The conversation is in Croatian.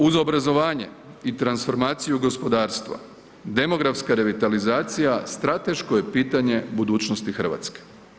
Uz obrazovanje i transformaciju gospodarstva demografska revitalizacija strateško je pitanje budućnosti Hrvatske.